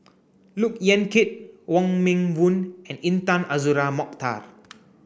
Look Yan Kit Wong Meng Voon and Intan Azura Mokhtar